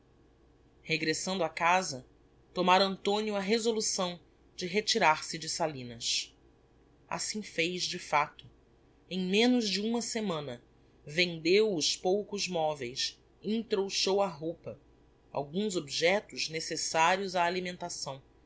regressando a casa tomara antonio a resolução de retirar-se de salinas assim fez de facto em menos de uma semana vendeu os poucos moveis entrouxou a roupa alguns objectos necessarios á alimentação